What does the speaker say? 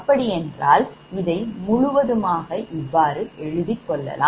அப்படி என்றால் இதை முழுவதுமாக இவ்வாறு எழுதிக் கொள்ளலாம்